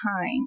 time